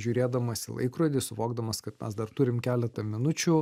žiūrėdamas į laikrodį suvokdamas kad mes dar turim keletą minučių